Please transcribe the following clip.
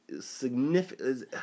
significant